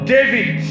David